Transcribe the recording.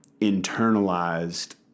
internalized